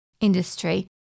industry